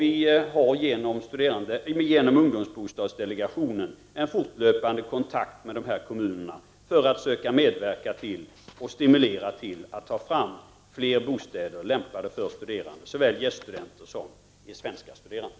Vi har genom ungdomsbostadsdelegationen fortlöpande kontakt med dessa kommuner för att söka medverka till och stimulera till att de tar fram fler bostäder lämpade för såväl gäststudenter som svenska studerande.